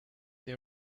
they